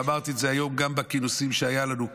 אמרתי את זה היום גם בכינוסים שהיו לנו כאן.